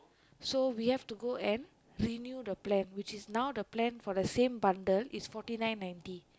so we have to go and renew the plan which is now the plan for the same bundle is Forty Nine ninety